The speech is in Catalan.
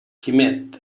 quimet